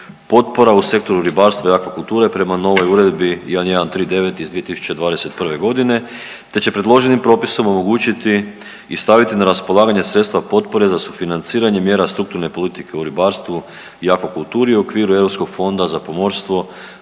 potpora u sektoru ribarstva i akvakulture prema novoj Uredbi 1139 iz 2021. godine te će predloženim propisom omogućiti i staviti na raspolaganje sredstva potpore za sufinanciranje mjera strukturne politike u ribarstvu i akvakulturi u okviru Europskog fonda za pomorstvo,